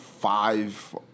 five